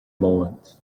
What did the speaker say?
moment